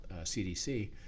CDC